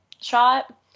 shot